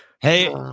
Hey